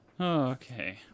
Okay